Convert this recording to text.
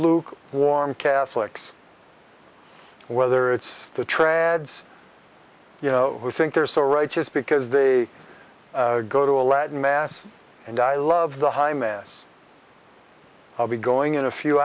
luke warm catholics whether it's the trads you know who think they're so righteous because they go to a latin mass and i love the high mass i'll be going in a few